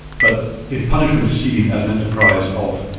but if punishment is seen as an enterprise of